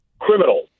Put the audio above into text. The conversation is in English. criminal